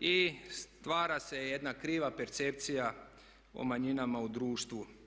i stvara se jedna kriva percepcija o manjinama u društvu.